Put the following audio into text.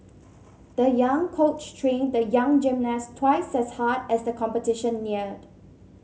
the young coach trained the young gymnast twice as hard as the competition neared